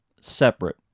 separate